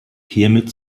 hiermit